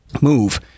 move